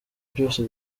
byose